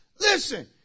Listen